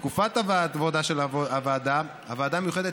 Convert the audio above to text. תקופת עבודתה של הוועדה: הוועדה המיוחדת